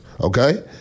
Okay